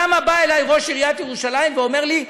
למה בא אלי ראש עיריית ירושלים ואומר לי: